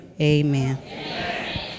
Amen